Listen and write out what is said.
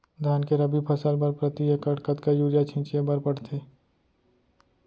धान के रबि फसल बर प्रति एकड़ कतका यूरिया छिंचे बर पड़थे?